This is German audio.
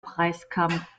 preiskampf